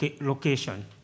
location